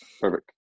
Perfect